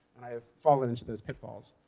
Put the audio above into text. and i have fallen into those pitfalls.